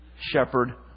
shepherd